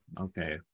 okay